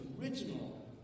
original